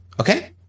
okay